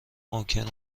ممکن